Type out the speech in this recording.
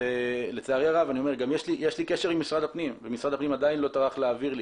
ויש לי קשר עם משרד הפנים ומשרד הפנים עדיין לא טרח להעביר לי,